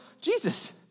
Jesus